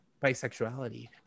bisexuality